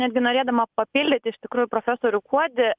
netgi norėdama papildyti iš tikrųjų profesorių kuodį